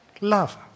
love